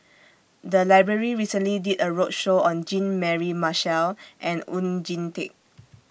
The Library recently did A roadshow on Jean Mary Marshall and Oon Jin Teik